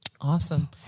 Awesome